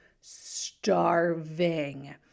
starving